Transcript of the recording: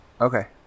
Okay